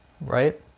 right